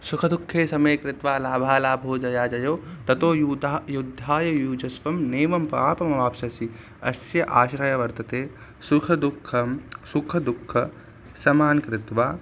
सुखदुःखे समे कृत्वा लाभालाभौ जया जयौ ततो यूतः युद्धाय यूजस्त्वं नैवं पापम् अवाप्स्यसि अस्य आशयः वर्तते सुखदुःखं सुखदुःखं समानं कृत्वा